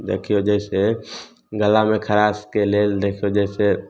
देखिऔ जाहिसे गलामे खराशके लेल देखिऔ जाहिसे